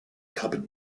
cupboard